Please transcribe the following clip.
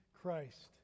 Christ